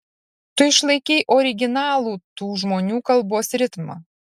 tu išlaikei originalų tų žmonių kalbos ritmą